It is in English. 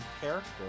character